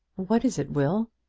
what is it, will?